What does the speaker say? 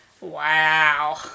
Wow